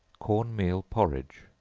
corn meal porridge.